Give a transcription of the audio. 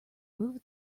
move